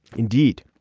indeed.